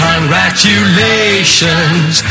Congratulations